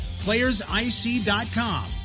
playersic.com